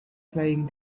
playing